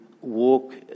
walk